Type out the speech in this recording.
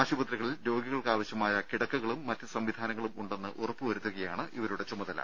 ആശുപത്രികളിൽ രോഗികൾക്ക് ആവശ്യമായ കിടക്കകളും മറ്റ് സംവിധാനങ്ങളും ഉണ്ടെന്ന് ഉറപ്പുവരുത്തുകയാണ് ഇവരുടെ ചുമതല